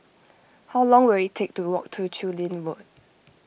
how long will it take to walk to Chu Lin Road